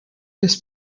this